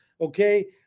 okay